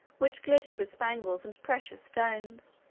which glittered with spangles and precious stones.